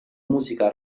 musica